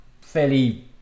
fairly